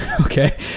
okay